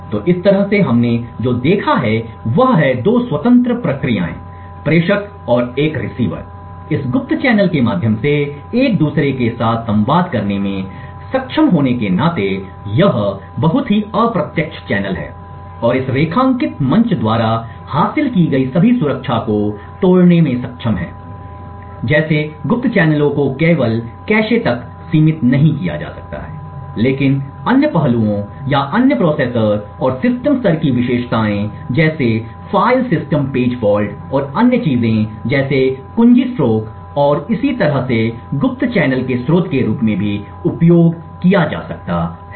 तो इस तरह से हमने जो देखा है वह है 2 स्वतंत्र प्रक्रियाएं प्रेषक और एक रिसीवर इस गुप्त चैनल के माध्यम से एक दूसरे के साथ संवाद करने में सक्षम होने के नाते यह बहुत ही अप्रत्यक्ष चैनल है और इस रेखांकित मंच द्वारा हासिल की गई सभी सुरक्षा को तोड़ने में सक्षम है जैसे गुप्त चैनलों को केवल कैश तक सीमित नहीं किया जा सकता है लेकिन अन्य पहलुओं या अन्य प्रोसेसर और सिस्टम स्तर की विशेषताएं जैसे फ़ाइल सिस्टम पेज फॉल्ट और अन्य चीजें जैसे कुंजी स्ट्रोक और इसी तरह से गुप्त चैनल के स्रोत के रूप में भी उपयोग किया जा सकता है